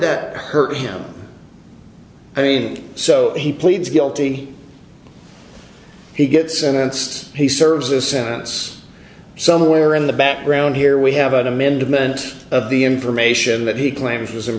that hurt him i mean so he pleads guilty he gets sentenced he serves a sentence somewhere in the background here we have an amendment of the information that he claims was